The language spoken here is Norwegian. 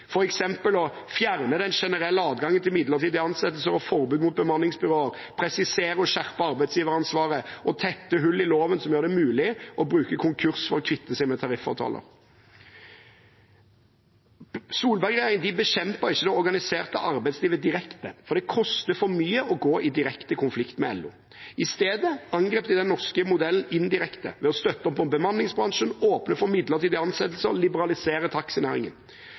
å fjerne den generelle adgangen til midlertidige ansettelser og forbud mot bemanningsbyråer, presisere og skjerpe arbeidsgiveransvaret og tette hull i loven som gjør det mulig å bruke konkurs for å kvitte seg med tariffavtaler. Solberg-regjeringen bekjempet ikke det organiserte arbeidslivet direkte, for det koster for mye å gå i direkte konflikt med LO. I stedet angrep de den norske modellen indirekte ved å støtte opp om bemanningsbransjen, åpne for midlertidige ansettelser og liberalisere taxinæringen.